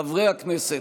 חברי הכנסת,